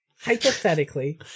hypothetically